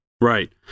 Right